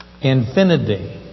Infinity